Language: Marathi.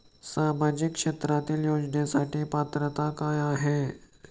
सामाजिक क्षेत्रांतील योजनेसाठी पात्रता काय आहे?